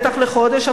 בטח לחודש.